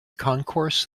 concourse